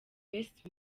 best